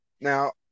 now